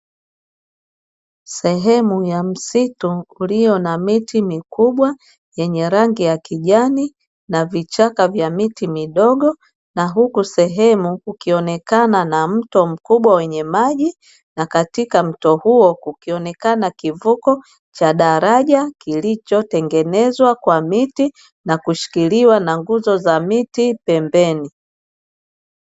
Sehemu ya msitu uliyo na miti mikubwa yenye rangi ya kijani na vichaka vya miti midogo, na huku sehemu kukionekana na mto mkubwa wenye maji na katika mto huo kukionekana kivuko cha daraja kilichotengenezwa kwa miti na kushikiliwa na nguzo za miti pembeni.